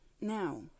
Now